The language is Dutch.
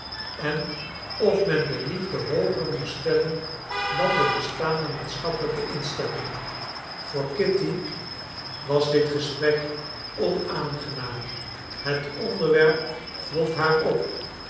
en of men de liefde hooger moest stellen dan de bestaande maatschappelijke instellingen voor kitty was dit gesprek onaangenaam het onderwerp wond haar op